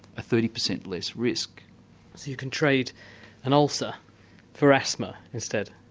a thirty percent less risk. so you can trade an ulcer for asthma instead?